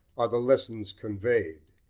are the lessons conveyed.